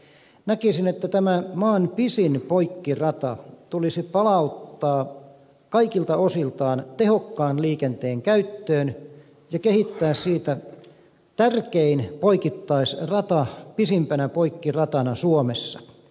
näkisin että tämä maan pisin poikkirata tulisi palauttaa kaikilta osiltaan tehokkaan liikenteen käyttöön ja kehittää siitä tärkein poikittaisrata pisimpänä poikkiratana suomessa